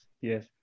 yes